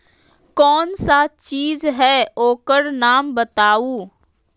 कौन सा चीज है ओकर नाम बताऊ?